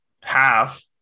half